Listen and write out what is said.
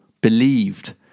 believed